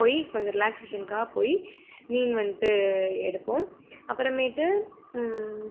போய் கொஞ்சம் ரிலாக்ஸேஷன்க்காக போய் மீன் வந்துட்டு எடுப்போம் அப்புறமேட்டு